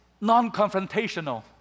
non-confrontational